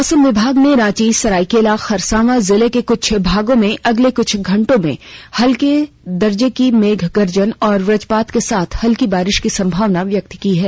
मौसम विभाग ने रांची सरायकेला खरसांवा जिले के कुछ भागों में अगले कुछ घंटे में हल्के दर्जे की मेघ गर्जन और वज्रपात के साथ हल्की बारिश की संभावना व्यक्त की है